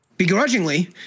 begrudgingly